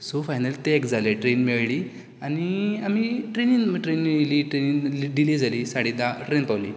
so final तें एक जालें ट्रेन मेळ्ळी आनी आमी ट्रेनीन ट्रेनीन येयलीं ट्रेनीन डिले जाली साडे धा ट्रेन पावली सो